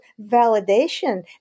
validation